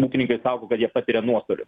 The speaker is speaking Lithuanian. ūkininkai sako kad jie patiria nuostolių